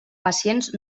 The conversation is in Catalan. pacients